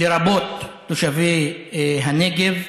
לרבות תושבי הנגב.